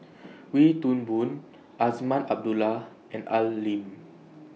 Wee Toon Boon Azman Abdullah and Ai Lim